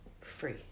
free